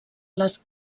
les